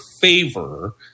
favor